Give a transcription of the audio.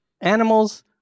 animals